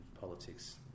politics